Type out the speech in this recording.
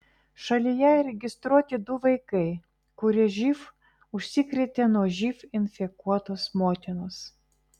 šalyje registruoti du vaikai kurie živ užsikrėtė nuo živ infekuotos motinos